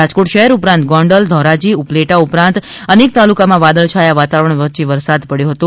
રાજકોટ શહેર ઉપરાંત ગોંડલ ધોરાજી ઉપલેટા ઉપરાંત નેક તાલુકા માં વાદળછાયા વાતાવરણ વચ્ચે વરસાદ પડ્યો છે